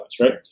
right